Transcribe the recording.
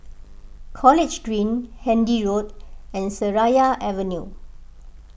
College Green Handy Road and Seraya Avenue